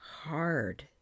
HARD